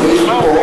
צריך פה,